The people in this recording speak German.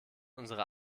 unserer